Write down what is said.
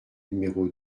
numéro